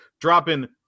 dropping